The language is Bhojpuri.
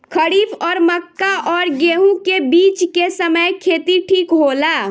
खरीफ और मक्का और गेंहू के बीच के समय खेती ठीक होला?